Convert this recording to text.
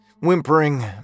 whimpering